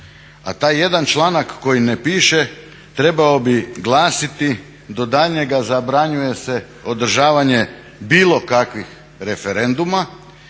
A taj jedan članak koji ne piše trebao bi glasiti do daljnjega zabranjuje se održavanje bilo kakvih referenduma,